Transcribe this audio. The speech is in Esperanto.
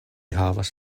havas